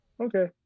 okay